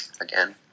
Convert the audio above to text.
again